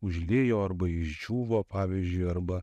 užlijo arba išdžiūvo pavyzdžiui arba